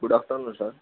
good afternoon sir